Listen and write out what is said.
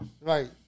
Right